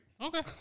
Okay